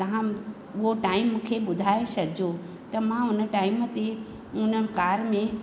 तव्हां उहो टाईम मूंखे ॿुधाए छॾिजो त मां उन टाईम ते उन कार में